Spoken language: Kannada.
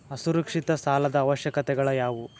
ಅಸುರಕ್ಷಿತ ಸಾಲದ ಅವಶ್ಯಕತೆಗಳ ಯಾವು